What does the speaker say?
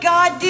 God